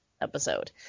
episode